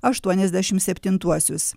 aštuoniasdešim septintuosius